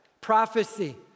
prophecy